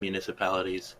municipalities